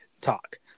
talk